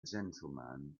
gentleman